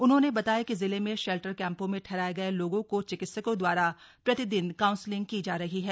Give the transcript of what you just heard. उन्होंने बताया कि जिले में शेल्टर कैम्पों में ठहराये गए लोगों को चिकित्सकों द्वारा प्रतिदिन काउन्सलिंग की जा रही है